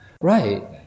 Right